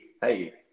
Hey